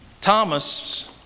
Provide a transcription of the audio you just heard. Thomas